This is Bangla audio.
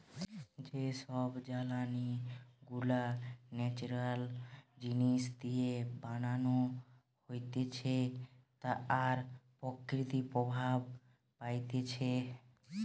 যে সব জ্বালানি গুলা ন্যাচারাল জিনিস দিয়ে বানানো হতিছে আর প্রকৃতি প্রভাব পাইতিছে